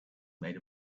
made